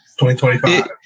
2025